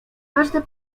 każde